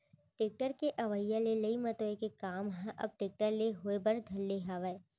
tractor के अवई ले लई मतोय के काम ह अब टेक्टर ले होय बर धर ले हावय